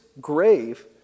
grave